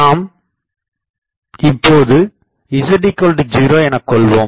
நாம் இப்போது Z0 எனக்கொள்வோம்